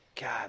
God